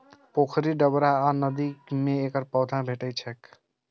पोखरि, डबरा आ नदी मे एकर पौधा भेटै छैक